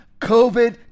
covid